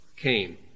came